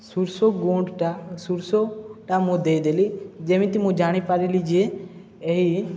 ସୋରିଷ ଗୁଣ୍ଡଟା ସୋରିଷଟା ମୁଁ ଦେଇଦେଲି ଯେମିତି ମୁଁ ଜାଣିପାରିଲି ଯେ ଏହି